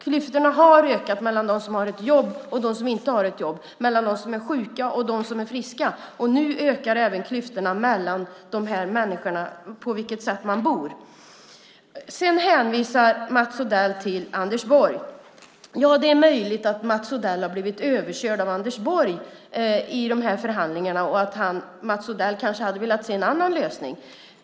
Klyftorna har ökat mellan dem som har ett jobb och dem som inte har ett jobb och mellan dem som är sjuka och dem som är friska, och nu ökar även klyftorna beroende på hur man bor. Mats Odell hänvisar till Anders Borg. Ja, det är möjligt att Mats Odell har blivit överkörd av Anders Borg i de här förhandlingarna och att Mats Odell kanske hade velat se en annan lösning.